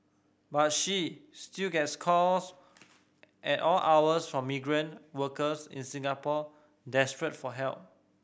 but she still gets calls at all hours from migrant workers in Singapore desperate for help